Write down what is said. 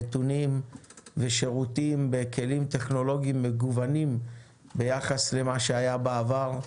נתונים ושירותים בכלים טכנולוגיים מגוונים ביחס למה שהיה בעבר,